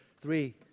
three